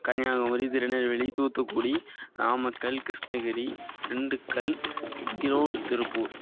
Kanyakumari Tirunelveli Thoothukudi Namakkal Krishnagiri Dindigul Erode Tiruppur